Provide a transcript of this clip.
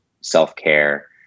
self-care